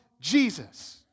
Jesus